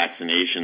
vaccinations